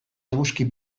eguzki